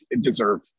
deserve